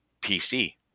PC